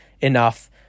enough